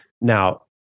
Now